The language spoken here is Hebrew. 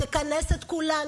תכנס את כולנו.